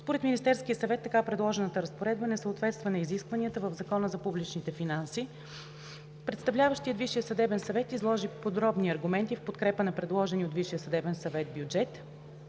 Според Министерския съвет така предложената разпоредба не съответства на изискванията в Закона за публичните финанси. Представляващият Висшия съдебен съвет изложи подробни аргументи в подкрепа на предложения от Висшия съдебен съвет бюджет.